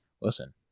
listen